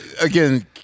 Again